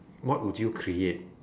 what would you create